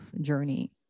journey